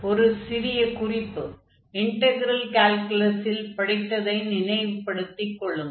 ஒரு சிறிய குறிப்பு இன்டக்ரெல் கால்குலஸில் படித்ததை நினைவுபடுத்திக் கொள்ளுங்கள்